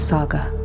Saga